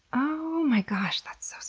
ohh my gosh that's so